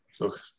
Okay